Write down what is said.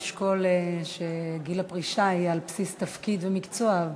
לשקול שגיל הפרישה יהיה על בסיס תפקיד ומקצוע,